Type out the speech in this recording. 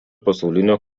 pasaulinio